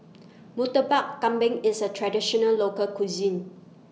Murtabak Kambing IS A Traditional Local Cuisine